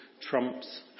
trumps